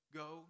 go